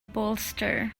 bolster